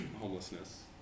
homelessness